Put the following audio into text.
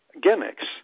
gimmicks